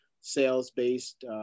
sales-based